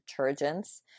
detergents